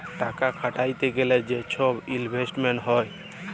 টাকা খাটাইতে গ্যালে যে ছব ইলভেস্টমেল্ট হ্যয়